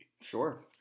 Sure